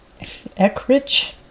Eckrich